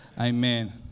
Amen